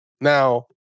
Now